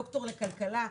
ד"ר לכלכלה,